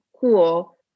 cool